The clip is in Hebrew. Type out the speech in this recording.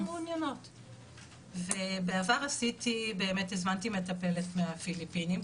בעבר באמת הזמנתי מטפלת מהפיליפינים,